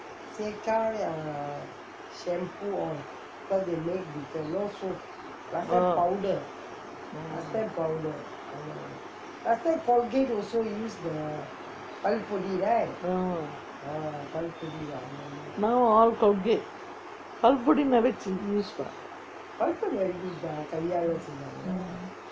oh mm ah now all Colgate பல் பொடி:pal podi never use [what]